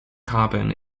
carbon